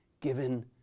given